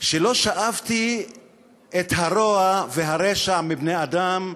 שלא שאבתי את הרוע והרשע מבני-האדם,